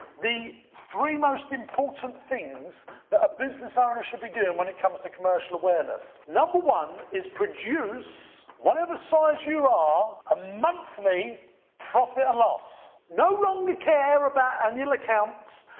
the three most important things that a business owner should be doing when it comes to commercial awareness. number one is produce, whatever size you are, ah a monthly profit and loss. no longer care about annual accounts.